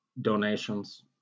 donations